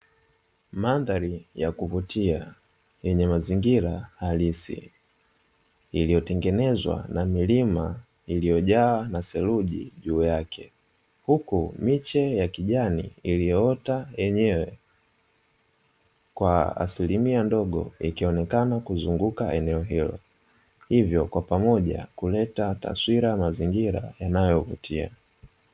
Mandhari ya kuvutia yenye mazingira halisi, iliyotengenezwa na milima iliyojaa na theruji juu yake, huku miche ya kijani iliyoota yenyewe kwa asilimia ndogo, ikionekana kuzunguka eneo hilo, hivyo kwa pamoja kuleta taswira ya mazingira yanayovutia.